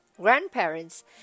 grandparents